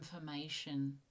information